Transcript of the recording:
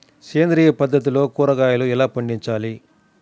సేంద్రియ పద్ధతిలో కూరగాయలు ఎలా పండించాలి?